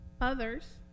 others